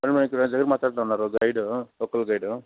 madam ఇక్కడ ఎవరు మాట్లాడుతున్నారు గైడు లోకల్ గైడు